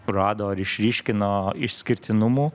rado ar išryškino išskirtinumų